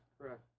Correct